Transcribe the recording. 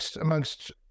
amongst